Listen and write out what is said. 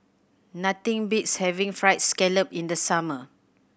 nothing beats having Fried Scallop in the summer